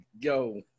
yo